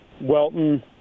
Welton